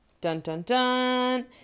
dun-dun-dun